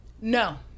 No